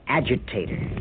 agitator